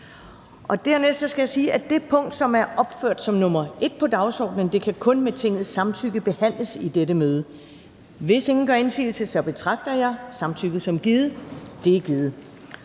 Dernæst skal jeg sige, at det punkt, som er opført som nr. 1 på dagsordenen, kun med Tingets samtykke kan behandles i dette møde. Hvis ingen gør indsigelse, betragter jeg samtykket som givet. Det er givet.